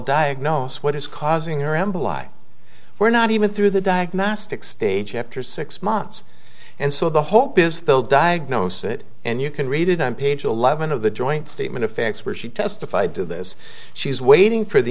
diagnose what is causing her mblaq we're not even through the diagnostic stage after six months and so the hope is the diagnose it and you can read it on page eleven of the joint statement of facts where she testified to this she's waiting for the